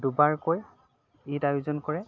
দুবাৰকৈ ঈদ আয়োজন কৰে